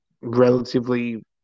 relatively